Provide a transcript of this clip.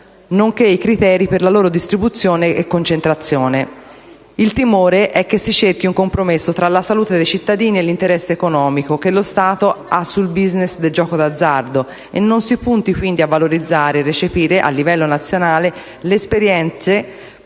nonché i criteri per la loro distribuzione e concentrazione. Il timore è che si cerchi un compromesso tra la salute dei cittadini e l'interesse economico che lo Stato ha nel *business* del gioco d'azzardo e non si punti, quindi, a valorizzare e recepire a livello nazionale le esperienze